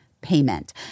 payment